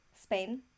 Spain